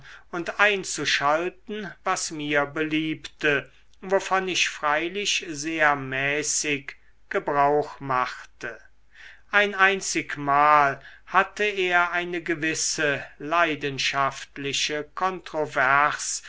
und einzuschalten was mir beliebte wovon ich freilich sehr mäßig gebrauch machte ein einzigmal hatte er eine gewisse leidenschaftliche kontrovers